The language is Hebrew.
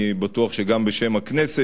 אני בטוח שגם בשם הכנסת,